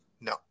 No